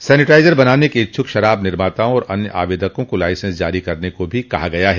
sanitiser बनाने के इच्छुक शराब निर्माताओं और अन्य आवेदकों को लाइसेंस जारी करने को भी कहा गया है